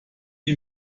die